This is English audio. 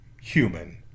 human